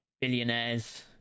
billionaires